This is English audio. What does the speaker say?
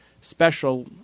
special